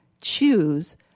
choose